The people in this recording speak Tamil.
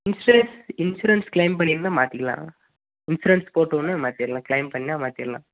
இன்ஷுரன்ஸ் இன்ஷுரன்ஸ் கிளைம் பண்ணியிருந்தா மாற்றிக்கலாம் இன்ஷுரன்ஸ் போட்டவொன்னே மாற்றிர்லாம் கிளைம் பண்ணா மாற்றிர்லாம்